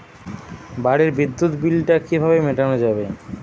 বাড়ির বিদ্যুৎ বিল টা কিভাবে মেটানো যাবে?